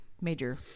major